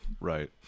Right